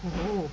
oo